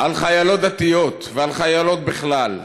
על חיילות דתיות ועל חיילות בכלל: